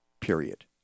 Period